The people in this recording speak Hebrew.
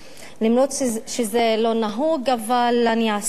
אף שזה לא נהוג אני אעשה זאת.